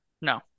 No